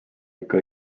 ikka